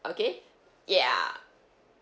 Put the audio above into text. okay ya